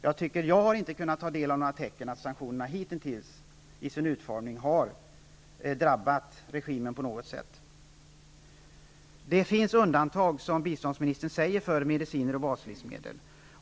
Jag har hitintills inte kunnat se några tecken på att sanktionerna i sin nuvarande utformning har drabbat regimen på något vis. Det görs undantag, som statsrådet säger, för mediciner och baslivsmedel.